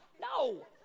No